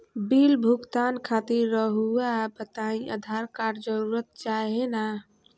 Bill भुगतान खातिर रहुआ बताइं आधार कार्ड जरूर चाहे ना?